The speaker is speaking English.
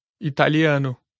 Italiano